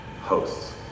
hosts